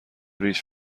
ریچ